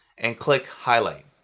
and click highlight.